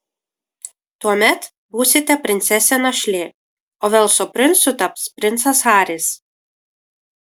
tuomet būsite princesė našlė o velso princu taps princas haris